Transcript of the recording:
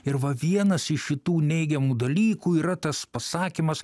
ir va vienas iš šitų neigiamų dalykų yra tas pasakymas